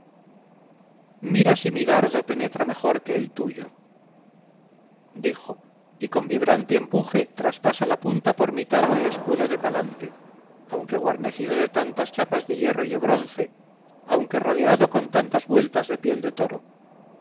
mira si mi dardo penetra mejor que el tuyo dijo y con vibrante empuje traspasa la punta por mitad del escudo de palante aunque guarnecido de tantas chapas de hierro y de bronce aunque rodeado con tantas vueltas de piel de toro